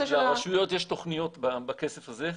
--- לרשויות יש תוכניות לכסף הזה.